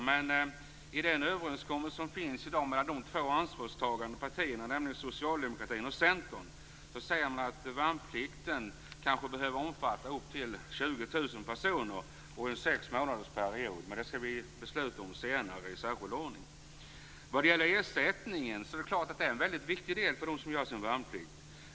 Men i den överenskommelse som finns i dag mellan de två ansvarstagande partierna, nämligen Socialdemokraterna och Centern, säger man att värnplikten kanske behöver omfatta upp till 20 000 personer och under en sexmånadersperiod. Men det skall vi fatta beslut om senare i särskild ordning. Det är klart att ersättningen är en mycket viktig del för dem som gör sin värnplikt.